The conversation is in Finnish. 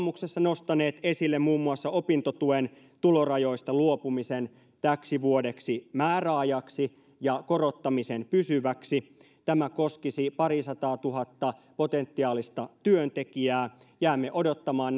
kokoomuksessa nostaneet esille muun muassa opintotuen tulorajoista luopumisen täksi vuodeksi määräajaksi ja korottamisen pysyväksi tämä koskisi pariasataatuhatta potentiaalista työntekijää jäämme odottamaan